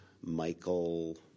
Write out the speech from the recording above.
Michael